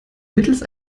mittels